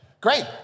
great